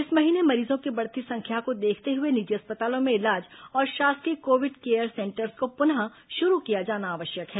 इस महीने मरीजों की बढ़ती संख्या को देखते हुए निजी अस्पतालों में इलाज और शासकीय कोविड केयर सेंटर्स को पुनः शुरू किया जाना आवश्यक है